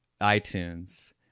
iTunes